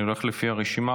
אני הולך לפי הרשימה.